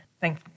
Thank